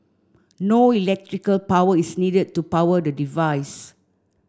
no electrical power is needed to power the device